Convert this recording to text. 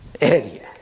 area